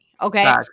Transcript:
Okay